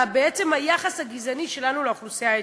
ובעצם היחס הגזעני שלנו לאוכלוסייה האתיופית.